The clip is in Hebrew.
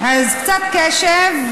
אז קצת קשב.